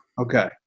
Okay